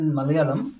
Malayalam